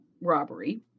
robbery